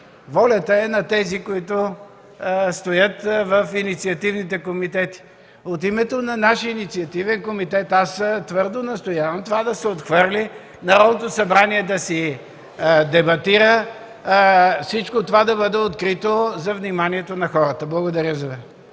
волята е на тези, които стоят в инициативните комитети. От името на нашия инициативен комитет аз твърдо настоявам това да се отхвърли, Народното събрание да си дебатира, всичко това да бъде открито за вниманието на хората. Благодаря за